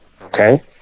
Okay